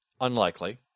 unlikely